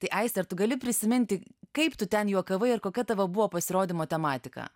tai aiste ar tu gali prisiminti kaip tu ten juokavai ir kokia tavo buvo pasirodymo tematika